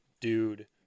dude